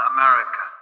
America